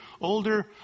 older